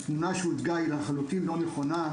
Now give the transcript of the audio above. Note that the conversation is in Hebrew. התמונה שהוצגה היא לחלוטין לא נכונה.